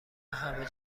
همه